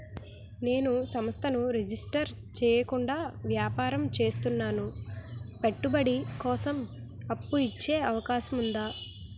నేను సంస్థను రిజిస్టర్ చేయకుండా వ్యాపారం చేస్తున్నాను పెట్టుబడి కోసం అప్పు ఇచ్చే అవకాశం ఉందా?